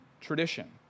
tradition